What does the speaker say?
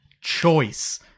choice